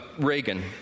Reagan